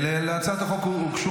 להצעת החוק הוגשו